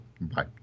Bye